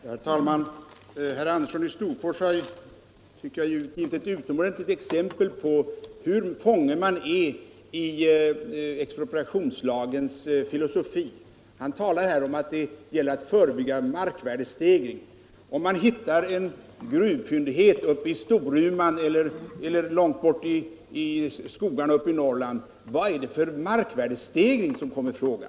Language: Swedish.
Herr talman! Herr Andersson i Storfors har, tycker jag, givit ett utomordentligt exempel på hur fången man är i expropriationslagens filosofi. Han talar här om att det gäller att förebygga en markvärdestegring. Om man hittar en gruvfyndighet uppe i Storuman eller långt borta i skogarna i Norrland, vad är det för markvärdestegring som kommer i fråga?